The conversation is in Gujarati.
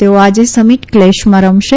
તેઓ આજે સમીટ કલેશમાં રમશે